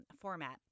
format